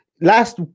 last